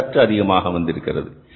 இது சற்று அதிகமாக வந்திருக்கிறது